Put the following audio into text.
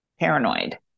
Paranoid